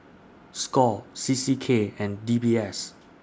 SCORE C C K and D B S